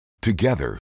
Together